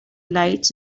lights